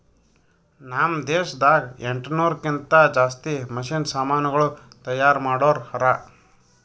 ನಾಮ್ ದೇಶದಾಗ ಎಂಟನೂರಕ್ಕಿಂತಾ ಜಾಸ್ತಿ ಮಷೀನ್ ಸಮಾನುಗಳು ತೈಯಾರ್ ಮಾಡೋರ್ ಹರಾ